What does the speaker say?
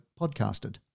podcasted